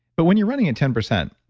but when you're running at ten percent,